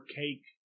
cake